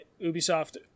Ubisoft